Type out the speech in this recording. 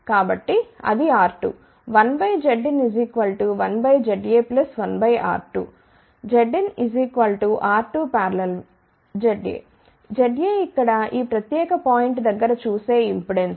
కాబట్టి అది R2 1Zin1ZA1R2ZinR2ZA ZA ఇక్కడ ఈ ప్రత్యేక పాయింట్ దగ్గర చూసే ఇంపెడెన్స్